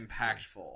impactful